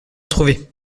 trouver